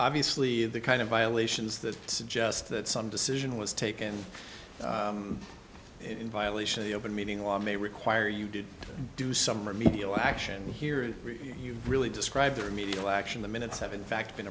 obviously the kind of violations that suggest that some decision was taken in violation of the open meeting law may require you to do some remedial action here you really described the remedial action the minutes of in fact been